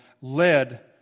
led